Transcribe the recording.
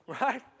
right